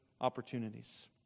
opportunities